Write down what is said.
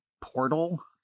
portal